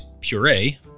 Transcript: puree